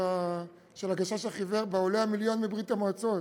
"הגשש החיוור" על העולה המיליון מברית-המועצות,